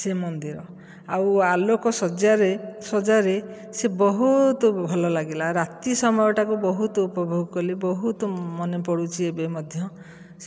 ସେ ମନ୍ଦିର ଆଉ ଆଲୋକଶଯ୍ୟାରେ ସଜାରେ ସେ ବହୁତ ଭଲ ଲାଗିଲା ରାତି ସମୟଟାକୁ ବହୁତ ଉପଭୋଗ କଲି ବହୁତ ମନେ ପଡ଼ୁଛି ଏବେ ମଧ୍ୟ